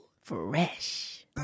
Fresh